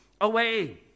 away